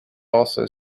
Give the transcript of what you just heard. also